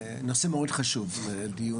זה נושא מאוד חשוב לדיון.